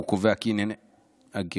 הוא קובע כי ענייני הגירושין,